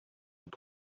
were